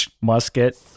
musket